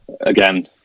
again